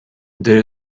there